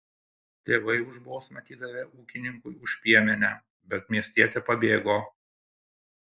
tėvai už bausmę atidavė ūkininkui už piemenę bet miestietė pabėgo